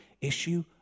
issue